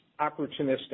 opportunistic